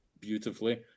beautifully